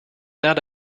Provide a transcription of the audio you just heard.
not